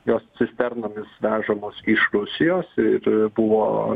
jos cisternomis vežamos iš rusijos ir buvo